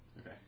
Okay